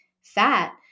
fat